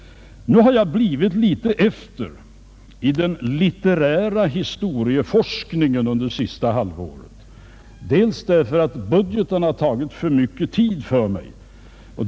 Jag har blivit litet efter i den litterära historieforskningen under det senaste halvåret, delvis därför att budgeten har tagit för mycket tid för mig.